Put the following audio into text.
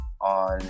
on